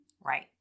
Right